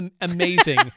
amazing